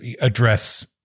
address